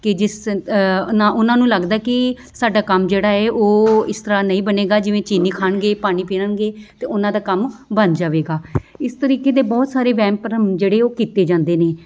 ਕਿ ਜਿਸ ਨਾਲ ਉਹਨਾਂ ਨੂੰ ਲੱਗਦਾ ਕਿ ਸਾਡਾ ਕੰਮ ਜਿਹੜਾ ਹੈ ਉਹ ਇਸ ਤਰ੍ਹਾਂ ਨਹੀਂ ਬਣੇਗਾ ਜਿਵੇਂ ਚੀਨੀ ਖਾਣਗੇ ਪਾਣੀ ਪੀਣਗੇ ਅਤੇ ਉਹਨਾਂ ਦਾ ਕੰਮ ਬਣ ਜਾਵੇਗਾ ਇਸ ਤਰੀਕੇ ਦੇ ਬਹੁਤ ਸਾਰੇ ਵਹਿਮ ਭਰਮ ਜਿਹੜੇ ਉਹ ਕੀਤੇ ਜਾਂਦੇ ਨੇ